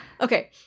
Okay